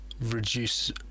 reduce